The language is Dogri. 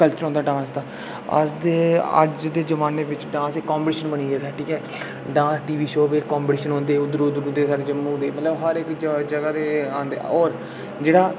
कल्चर होंदा डांस दा अस ते अज्ज दे जमानै बिच डांस ते कम्पीटिशन बनी गेदा ऐ ठीक ऐ डांस दे टीवी शो बिच कम्पीटिशन होंदे ओह् उद्धर जम्मू दे मतलब हर इक जगह दे औंदे होर जेह्ड़ा